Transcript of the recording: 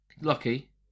Lucky